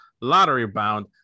lottery-bound